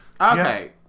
Okay